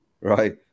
right